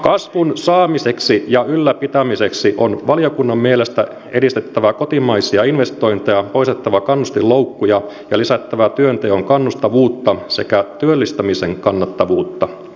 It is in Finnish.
kasvun saamiseksi ja ylläpitämiseksi on valiokunnan mielestä edistettävä kotimaisia investointeja poistettava kannustinloukkuja ja lisättävä työnteon kannustavuutta sekä työllistämisen kannattavuutta